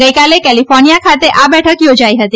ગઇકાલે કેલિફોર્નિયા ખાતે આ બેઠક યોજાઇ હતી